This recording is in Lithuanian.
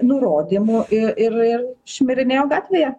nurodymų ir ir šmirinėjo gatvėje